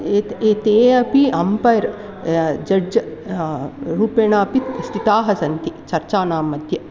एत् एते अपि अम्पैर् जड्ज् रूपेणापि स्थिताः सन्ति चर्चानाम्मध्ये